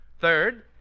Third